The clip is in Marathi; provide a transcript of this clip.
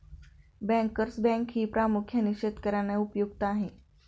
बँकर्स बँकही प्रामुख्याने शेतकर्यांना उपयुक्त आहे